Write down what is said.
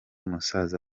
musaza